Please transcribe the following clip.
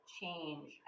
change